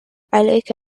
عليك